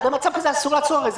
במצב הזה אסור לעצור.